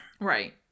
Right